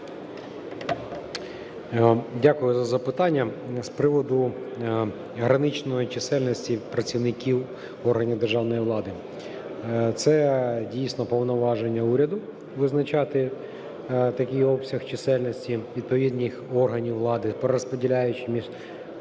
Дякую за запитання. З приводу граничної чисельності працівників органів державної влади. Це дійсно повноваження уряду визначати такий обсяг чисельності відповідних органів влади, перерозподіляючи між